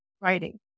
writing